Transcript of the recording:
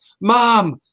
Mom